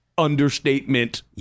understatement